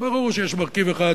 וזה ברור שיש מרכיב אחד,